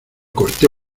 corte